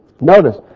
Notice